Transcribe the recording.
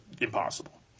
impossible